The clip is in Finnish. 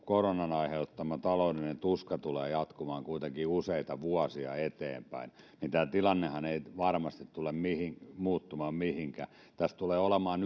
koronan aiheuttama taloudellinen tuska tulee jatkumaan kuitenkin useita vuosia eteenpäin niin tämä tilannehan ei varmasti tule muuttumaan mihinkään tässä tulee olemaan